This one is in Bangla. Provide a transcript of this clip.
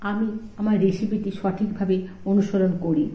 আমি আমার রেসিপিটি সঠিকভাবে অনুসরণ করি